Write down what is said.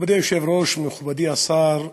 מכובדי היושב-ראש,